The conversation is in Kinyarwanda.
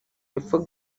hepfo